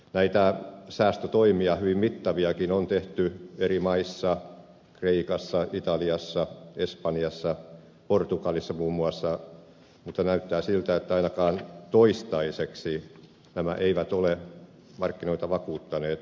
näitä säästötoimia hyvin mittaviakin on tehty eri maissa kreikassa italiassa espanjassa portugalissa muun muassa mutta näyttää siltä että ainakaan toistaiseksi nämä eivät ole markkinoita vakuuttaneet